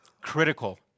Critical